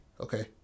Okay